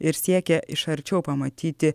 ir siekia iš arčiau pamatyti